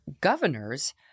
governors